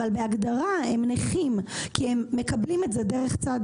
אבל בהגדרה הם נכים כי הם מקבלים את זה דרך צד